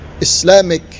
Islamic